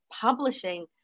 publishing